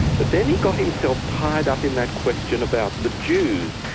but then he got himself tied up in that question about the jews.